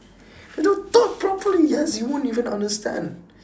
they don't talk properly yes we won't even understand